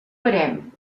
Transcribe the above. parem